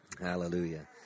Hallelujah